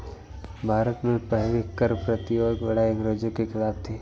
भारत में पहली कर प्रतिरोध लड़ाई अंग्रेजों के खिलाफ थी